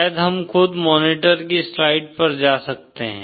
शायद हम खुद मॉनीटर की स्लाइड्स पर जा सकते हैं